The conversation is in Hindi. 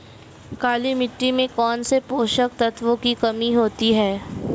काली मिट्टी में कौनसे पोषक तत्वों की कमी होती है?